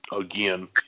Again